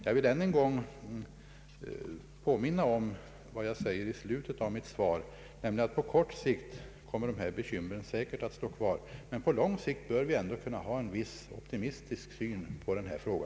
Jag vill än en gång påminna om vad jag säger i slutet av mitt svar, nämligen att ”på kort sikt nuvarande sysselsättningsproblem kommer att kvarstå”. Men på lång sikt bör vi ändå kunna ha en viss optimistisk syn på denna fråga.